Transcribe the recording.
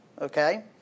Okay